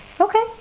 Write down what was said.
Okay